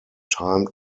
time